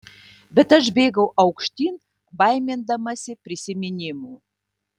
bet aš bėgau aukštyn baimindamasi prisiminimų